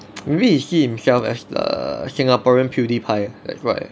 maybe he see himself as a singaporean pewdiepie that's right